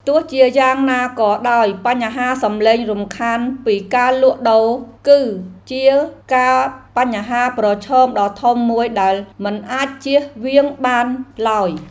ទោះជាយ៉ាងណាក៏ដោយបញ្ហាសំឡេងរំខានពីការលក់ដូរ គឺជាបញ្ហាប្រឈមដ៏ធំមួយដែលមិនអាចជៀសវាងបានឡើយ។